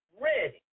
ready